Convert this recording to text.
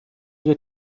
wird